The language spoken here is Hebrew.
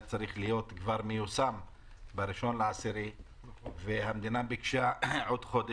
צריך להיות מיושם כבר ב-1 באוקטובר והמדינה ביקשה עוד חודש.